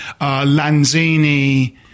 Lanzini